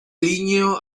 ligneo